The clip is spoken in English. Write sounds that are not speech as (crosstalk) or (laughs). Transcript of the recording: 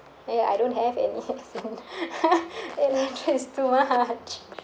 eh I don't have any (laughs) eight hundred is too much (laughs)